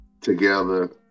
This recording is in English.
together